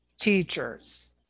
teachers